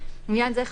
לעניין זה,